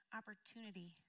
opportunity